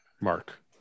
Mark